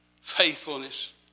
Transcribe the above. faithfulness